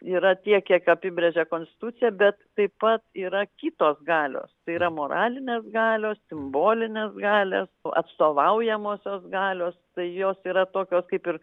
yra tiek kiek apibrėžia konstitucija bet taip pat yra kitos galios tai yra moralinės galios simbolinės galios atstovaujamosios galios tai jos yra tokios kaip ir